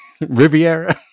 riviera